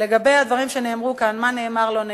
לגבי הדברים שנאמרו כאן, לגבי מה שנאמר ולא נאמר,